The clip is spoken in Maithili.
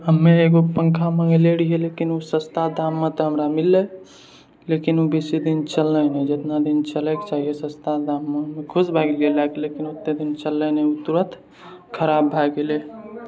हमे एगो पङ्खा मङ्गेले रहियै लेकिन ओ सस्ता दाममे तऽ हमरा ओ मिललै लेकिन ओ बेसी दिन चललै नहि जेतना दिन चलैके चाही सस्ता दाममे हमे खुश भए गेलियै लए कऽ लेकिन ओते दिन चललै नहि ओ तुरत खराब भए गेलै